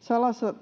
Salassa